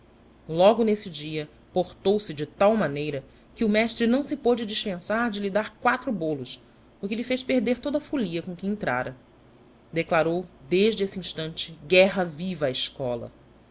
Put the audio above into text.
logo nesse dia portou-se de tal maneira que o mestre não se pôde dispensar de lhe dar quatro olos o que lhe fez perder toda a folia com que entrara declarou desde esse instante guerra viva á escola